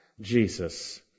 Jesus